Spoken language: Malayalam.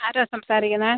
ആരാണ് സംസാരിക്കുന്നത്